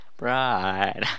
Right